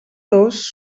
dos